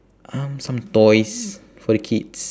um some toys for the kids